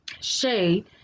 Shay